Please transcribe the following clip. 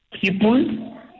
people